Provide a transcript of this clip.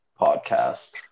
podcast